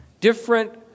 different